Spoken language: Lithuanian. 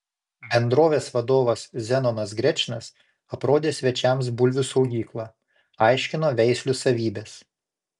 bendrovės vadovas zenonas grečnas aprodė svečiams bulvių saugyklą aiškino veislių savybes